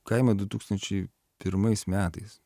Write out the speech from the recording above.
kaimą du tūkstančiai pirmais metais